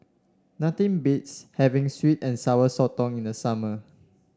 nothing beats having sweet and Sour Sotong in the summer